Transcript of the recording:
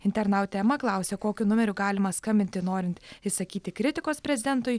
internautė ema klausia kokiu numeriu galima skambinti norint išsakyti kritikos prezidentui